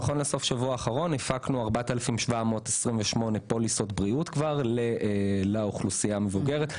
נכון לסוף השבוע האחרון הפקנו 4,728 פוליסות בריאות לאוכלוסייה המבוגרת.